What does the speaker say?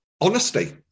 Honesty